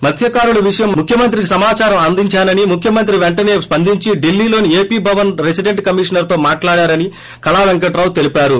మత్స్కారుల విషయం ముఖ్యమంత్రికి సమాదారం అందిందానని ముఖ్యమంత్రి వెంటనే స్పందించి ఢిల్లీలోని ఏపీ భవన్లో రెసిడెంట్ కమిషనర్తో మాట్లాడారని కళా పెంకటరావు తెలిపారు